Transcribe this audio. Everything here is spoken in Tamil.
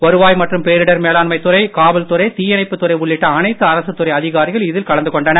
வருவாய் மற்றும் பேரிடர் மேலாண்மைத் துறை காவல்துறை தீயணைப்புத் துறை உள்ளிட்ட அனைத்து அரசுத் துறை அதிகாரிகள் இதில் கலந்து கொண்டனர்